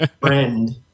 friend